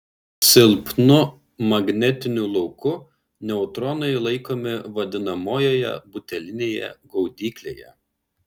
silpnu magnetiniu lauku neutronai laikomi vadinamojoje butelinėje gaudyklėje